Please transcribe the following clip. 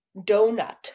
donut